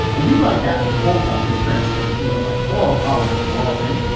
a lead like that, if it holds up and translates to an electoral college walloping,